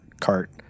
cart